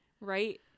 Right